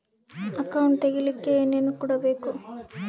Account ತೆಗಿಲಿಕ್ಕೆ ಏನೇನು ಕೊಡಬೇಕು?